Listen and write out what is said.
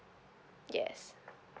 yes